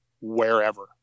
wherever